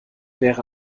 wäre